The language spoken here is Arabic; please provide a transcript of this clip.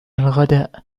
الغداء